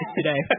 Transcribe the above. today